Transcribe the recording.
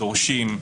דורשים,